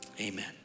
Amen